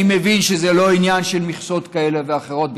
אני מבין שזה לא עניין של מכסות כאלה ואחרות,